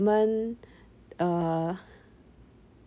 uh